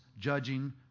judging